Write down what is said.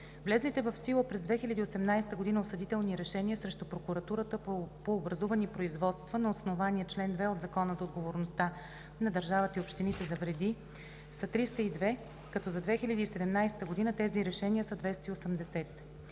Влезлите в сила през 2018 г. осъдителни решения срещу Прокуратурата по образувани производства на основание чл. 2 от Закона за отговорността на държавата и общините за вреди са 302, като за 2017 г. тези решения са 280.